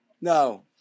No